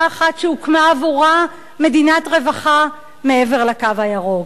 אחת שהוקמה עבורה מדינת רווחה מעבר ל"קו הירוק".